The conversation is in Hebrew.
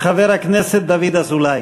חבר הכנסת דוד אזולאי.